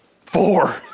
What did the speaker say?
Four